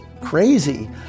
crazy